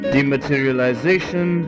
Dematerialization